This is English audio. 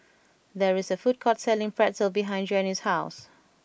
there is a food court selling Pretzel behind Janie's house